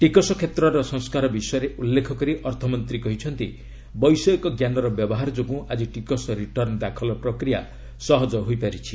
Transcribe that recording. ଟିକସ କ୍ଷେତ୍ରର ସଂସ୍କାର ବିଷୟରେ ଉଲ୍ଲ୍ରେଖ କରି ଅର୍ଥମନ୍ତ୍ରୀ କହିଛନ୍ତି ବୈଷୟିକ ଜ୍ଞାନର ବ୍ୟବହାର ଯୋଗୁଁ ଆଜି ଟିକସ ରିଟର୍ଣ୍ଣ ଦାଖଲ ପ୍ରକ୍ରିୟା ସହଜ ହୋଇପାରିଛି